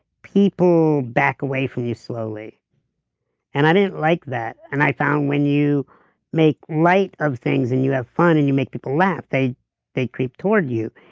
people back away from you slowly and i didn't like that and i found when you make light of things and you have fun and you make people laugh they they creep toward you.